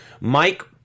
Mike